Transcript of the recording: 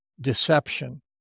deception